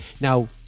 Now